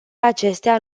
acestea